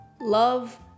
love